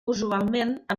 usualment